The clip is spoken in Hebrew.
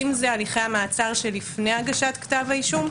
אם זה הליכי המעצר של לפני הגשת כתב האישום,